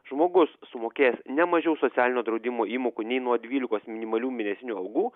žmogus sumokėjęs ne mažiau socialinio draudimo įmokų nei nuo dvylikos minimalių mėnesinių algų